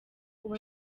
ubu